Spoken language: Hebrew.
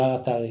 הדר עטרי,